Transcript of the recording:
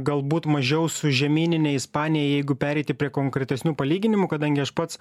galbūt mažiau su žemynine ispanija jeigu pereiti prie konkretesnių palyginimų kadangi aš pats